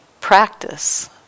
practice